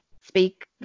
speak